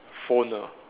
phone ah